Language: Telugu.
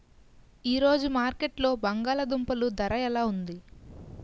ఈ రోజు మార్కెట్లో బంగాళ దుంపలు ధర ఎలా ఉంది?